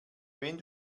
wenn